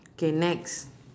K next